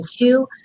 issue